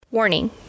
Warning